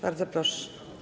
Bardzo proszę.